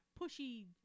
pushy